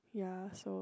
ya so